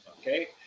okay